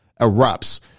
erupts